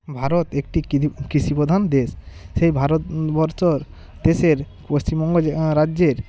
ভারত একটি কিদি কৃষিপ্রধান দেশ সেই ভারতবর্ষর দেশের পশ্চিমবঙ্গ জ রাজ্যের